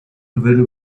nouvelles